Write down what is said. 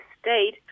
state